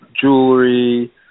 jewelry